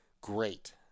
great